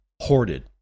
hoarded